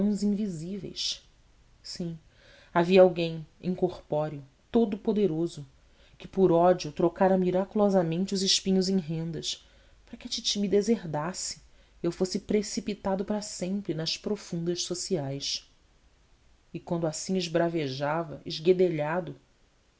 invisíveis sim havia alguém incorpóreo todo poderoso que por ódio trocara miraculosamente os espinhos em rendas para que a titi me deserdasse e eu fosse precipitado para sempre nas profundas sociais e quando assim esbravejava esguedelhado